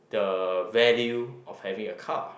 the value of having a car